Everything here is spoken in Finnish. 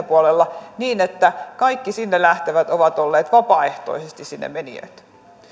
puolella niin että kaikki sinne lähtevät ovat olleet vapaaehtoisesti sinne menijöitä